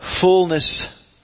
Fullness